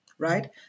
Right